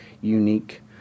unique